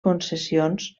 concessions